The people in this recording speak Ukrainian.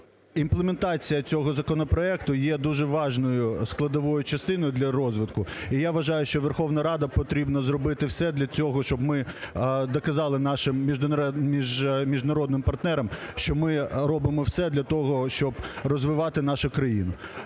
імплементація цього законопроекту є дуже важливою складовою частиною для розвитку. І я вважаю, що Верховна Рада повинна зробити все для цього, щоб ми доказали нашим міжнародним партнерам, що ми робимо все для того, щоб розвивати нашу країну.